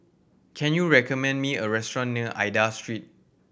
can you recommend me a restaurant near Aida Street